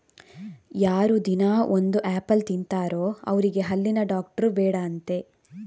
ಯಾರು ದಿನಾ ಒಂದು ಆಪಲ್ ತಿಂತಾರೋ ಅವ್ರಿಗೆ ಹಲ್ಲಿನ ಡಾಕ್ಟ್ರು ಬೇಡ ಅಂತೆ